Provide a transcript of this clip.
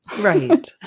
Right